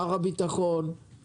משרד הביטחון שנמצאים פה כדי לסייע,